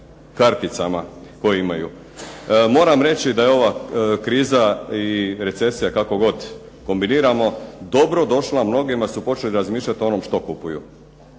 karticama koje imaju. Moram reći da je ova kriza i recesija, kako god kombiniramo dobro došla mnogima jer su počeli razmišljati o onom što kupuju.